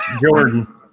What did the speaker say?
Jordan